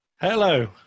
Hello